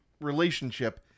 relationship